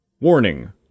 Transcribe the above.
Warning